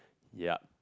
ya